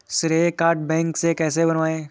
श्रेय card bank से कैसे बनवाएं?